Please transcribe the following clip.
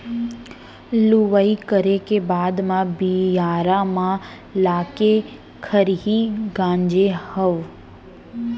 लुवई करे के बाद म बियारा म लाके खरही गांजे हँव